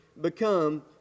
become